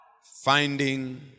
Finding